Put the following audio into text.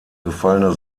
gefallene